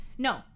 No